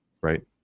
right